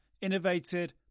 Innovated